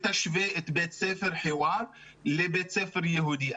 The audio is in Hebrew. תשווה את בית ספר חיוואר לבית ספר יהודי.